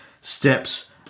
steps